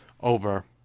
over